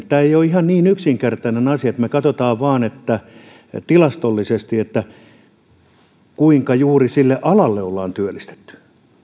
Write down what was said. tämä ei ei ole ihan niin yksinkertainen asia että me katsomme vain tilastollisesti kuinka juuri sille alalle ollaan työllistytty